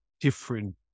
different